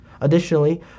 Additionally